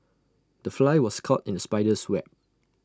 the fly was caught in the spider's web